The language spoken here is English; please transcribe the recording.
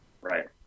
right